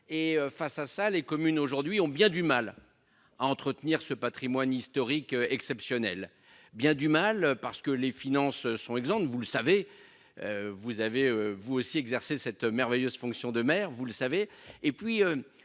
et face à ça, les communes aujourd'hui ont bien du mal à entretenir ce Patrimoine historique exceptionnel bien du mal parce que les finances sont exemptes de vous le savez. Vous avez vous aussi exercer cette merveilleuse fonction de maire, vous le savez,